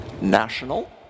national